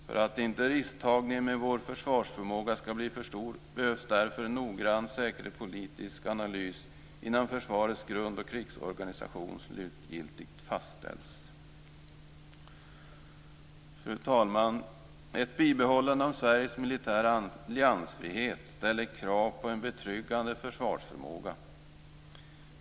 För att inte risktagningen med vår försvarsförmåga skall bli för stor behövs en noggrann säkerhetspolitisk analys innan försvarets grund och krigsorganisation slutgiltigt fastställs. Fru talman! Ett bibehållande av Sveriges militära alliansfrihet ställer krav på en betryggande försvarsförmåga.